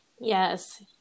Yes